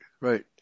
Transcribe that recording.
Right